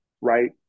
right